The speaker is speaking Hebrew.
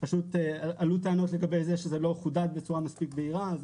פשוט עלו טענות לגבי זה שזה לא חודד בצורה מספיק בהירה.